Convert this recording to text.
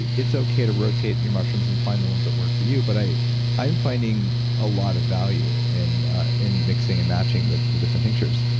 it's okay to rotate your mushrooms and find the ones that work for you, but i i am finding a lot of value in in mixing and matching the the different tinctures